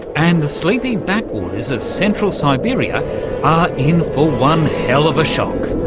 and the sleepy backwaters of central siberia are in for one hell of a shock.